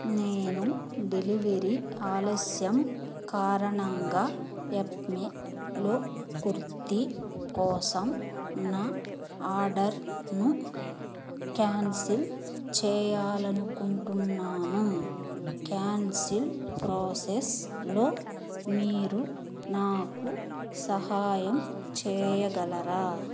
నేను డెలివెరీ ఆలస్యం కారణంగా యప్మేలో కుర్తి కోసం నా ఆర్డర్ను క్యాన్సిల్ చేయాలనుకుంటున్నాను క్యాన్సిల్ ప్రోసెస్లో మీరు నాకు సహాయం చేయగలరా